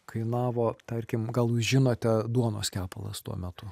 kainavo tarkim gal jūs žinote duonos kepalas tuo metu